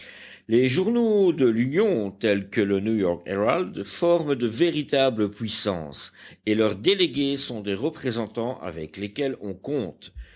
les journaux de l'union tels que le new-york herald forment de véritables puissances et leurs délégués sont des représentants avec lesquels on compte